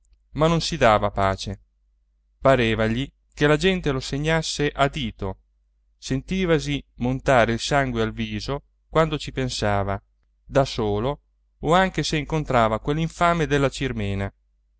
ma non si dava pace parevagli che la gente lo segnasse a dito sentivasi montare il sangue al viso quando ci pensava da solo o anche se incontrava quell'infame della cirmena